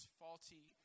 faulty